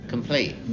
Complete